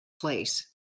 place